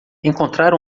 encontrar